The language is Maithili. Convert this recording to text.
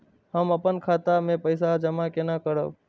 हम अपन खाता मे पैसा जमा केना करब?